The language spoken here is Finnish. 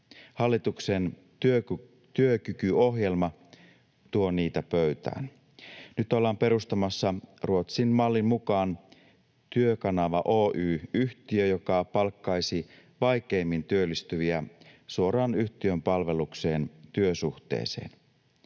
Hallituksen työkykyohjelma tuo niitä pöytään. Nyt ollaan perustamassa Ruotsin mallin mukaan Työkanava Oy, yhtiö, joka palkkaisi vaikeimmin työllistyviä suoraan yhtiön palvelukseen työsuhteeseen.